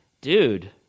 Dude